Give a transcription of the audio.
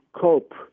cope